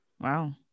Wow